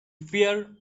fear